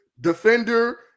defender